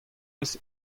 eus